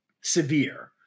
severe